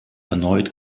erneut